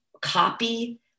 copy